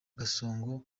gasongo